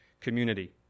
community